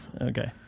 Okay